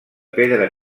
pedra